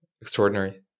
extraordinary